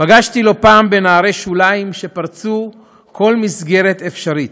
פגשתי לא פעם בנערי שוליים שפרצו כל מסגרת אפשרית,